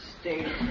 state